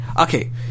okay